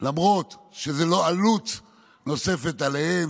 למרות שזו לא עלות נוספת עליהם,